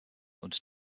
und